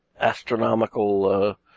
astronomical